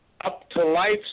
up-to-life